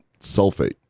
sulfate